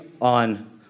on